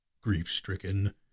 Grief-stricken